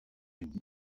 unis